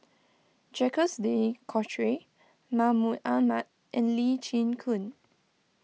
Jacques De Coutre Mahmud Ahmad and Lee Chin Koon